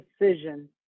decision